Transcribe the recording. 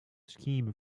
scheme